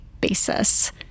basis